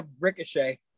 ricochet